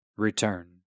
return